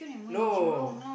no